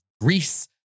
Greece